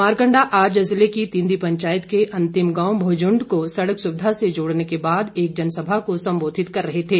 मारकंडा आज जिले की तिंदी पंचायत के अंतिम गांव भूजुंड को सड़क सुविधा से जोड़ने के बाद एक जनसभा को संबोधित कर रहे थे